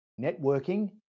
networking